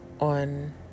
on